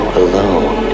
alone